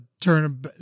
turn